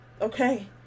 Okay